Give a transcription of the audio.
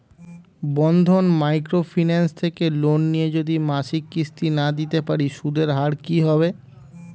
বন্ধন micro finance থেকে loan নিয়ে যদি মাসিক কিস্তি না দিতে পারি সুদের হার কি হবে?